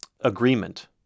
agreement